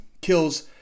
Kills